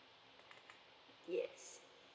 yes